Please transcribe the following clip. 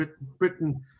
Britain